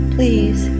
Please